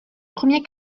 premier